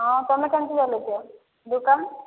ହଁ ତମେ କେମିତି ଚଲଉଛ ଦୋକାନ